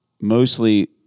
mostly